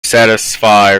satisfy